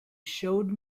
showed